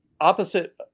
opposite